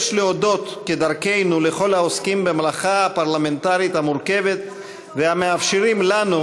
לכל העוסקים במלאכה הפרלמנטרית המורכבת ומאפשרים לנו,